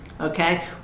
okay